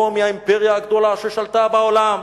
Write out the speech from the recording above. רומי, האימפריה הגדולה, ששלטה בעולם